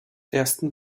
ersten